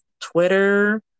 Twitter